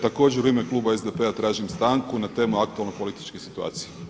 Također u ime kluba SDP-a tražim stanku na temu aktualne političke situacije.